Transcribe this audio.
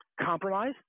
compromise